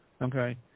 Okay